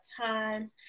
time